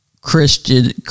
Christian